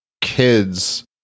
kids